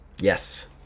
Yes